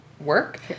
work